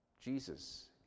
Jesus